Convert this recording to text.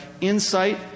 insight